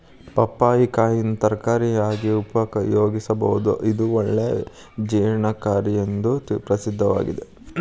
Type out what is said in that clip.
ಪಪ್ಪಾಯಿ ಕಾಯಿನ ತರಕಾರಿಯಾಗಿ ಉಪಯೋಗಿಸಬೋದು, ಇದು ಒಳ್ಳೆ ಜೇರ್ಣಕಾರಿ ಎಂದು ಪ್ರಸಿದ್ದಾಗೇತಿ